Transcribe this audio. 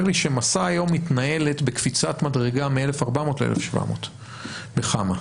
לי ש'מסע' היום מתנהלת בקפיצת מדרגה מ-1,400 ל-1,700 בחמ"ע.